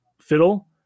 Fiddle